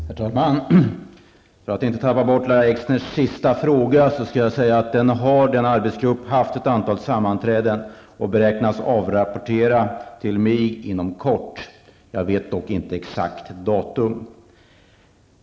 Herr talman! För att inte glömma bort Lahja Exners sista fråga skall jag säga att den arbetsgrupp som hon talade om har haft ett antal sammanträden, och den beräknas avrapportera till mig inom kort. Jag vet dock inte exakt vilket datum.